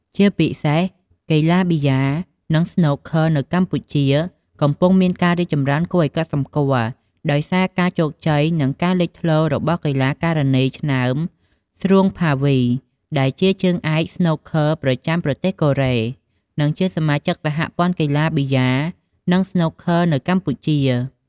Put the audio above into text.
ជាពិសេសកីឡាប៊ីយ៉ានិងស្នូកឃ័រនៅកម្ពុជា កំពុងមានការរីកចម្រើនគួរឱ្យកត់សម្គាល់ ដោយសារការជោគជ័យនិងការលេចធ្លោរបស់កីឡាការិនីឆ្នើម ស្រួង ភាវី ដែលជាជើងឯកស្នូកឃ័រប្រចាំប្រទេសកូរ៉េ និងជាសមាជិកសហព័ន្ធកីឡាប៊ីយ៉ា និងស្នូកឃ័រនៅកម្ពុជា។